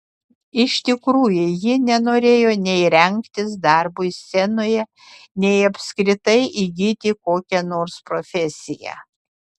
iš tikrųjų ji nenorėjo nei rengtis darbui scenoje nei apskritai įgyti kokią nors profesiją